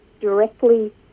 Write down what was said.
directly